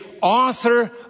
author